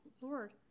Lord